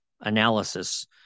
analysis